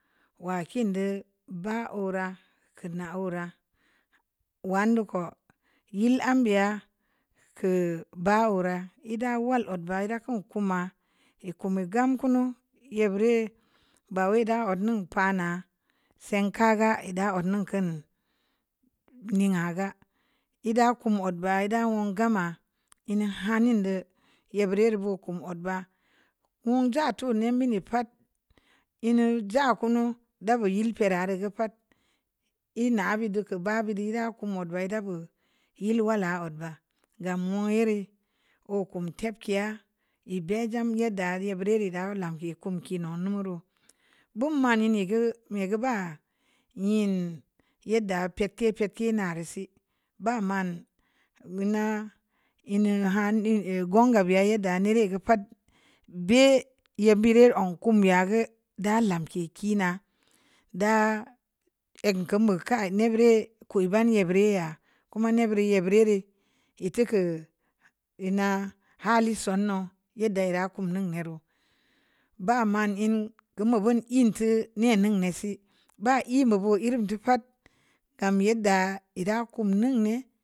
Wa kin də ba ora kəna o'ra wan dukoꞌo yel am bia kə ba wura e’ da wal odd ba ra'akə kuma e’ kum gam kunu ye bure’ ba wai da ot'nun pa na senka ga e’ da o'nun kən neah ga yedda kum ogbga da'un gama hiu hanni do ye bure’ rii bu kum o'dd ba wu'un da tun ne’ mini pa'at hu ja kunu dabu yel pera reu gə pa'at e’ na bidu kubu bidi ra kumu be'e'da bu yel-wala od ba gam mo'o e rii o kum te ke'a e’ be jam yedda ye buri rii ra lanke’ kum kii num nureu buma ne’ nii gə me’ gə ba yin yedda pe'a'te pete nareu si ba man gə na lnu hanin e’ go'n ga ba yedda nii reu gə pa'at be'a nyem bure’ o’ kum ya gə da lanke’ kii na da'a ek kam bu kai ne’ buree’ ku e’ bani yeꞌ bure’ ya kuma ne’ bure’ ye’ bure’ rii e’ tuku lna hali son no'o yedda lna kun nun ne’ reu ba manŋ ln gə mu buni e'n tau ne’ neŋ ne’ si ba e’ booro err ln too’ pa'at gam yedda lna kum nu ne'.